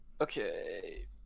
Okay